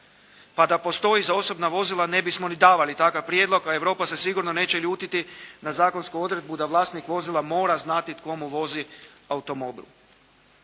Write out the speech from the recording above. pa da postoji za osobna vozila ne bismo ni davali takav prijedlog, a Europa se sigurno neće ljutiti na zakonsku odredbu da vlasnik vozila mora znati tko mu vozi automobil.